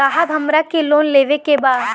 साहब हमरा के लोन लेवे के बा